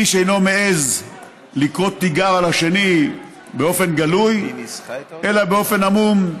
איש אינו מעז לקרוא תיגר על השני באופן גלוי אלא באופן עמום.